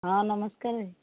ହଁ ନମସ୍କାର